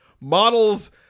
Models